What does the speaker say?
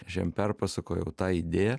aš jam perpasakojau tą idėją